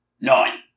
Nine